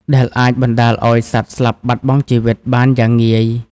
ដែលអាចបណ្ដាលឱ្យសត្វស្លាប់បាត់បង់ជីវិតបានយ៉ាងងាយ។